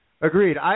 Agreed